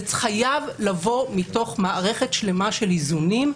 זה חייב לבוא מתוך מערכת שלמה של איזונים,